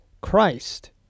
Christ